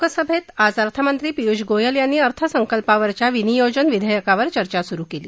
लोकसभेत आज अर्थमंत्री पियूष गोयल यांनी अर्थसंकल्पावरच्या विनियोजन विधेयकावर चर्चा सुरु केली